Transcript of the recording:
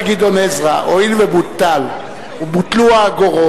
אבל אומר גדעון עזרא: הואיל ובוטלו האגורות,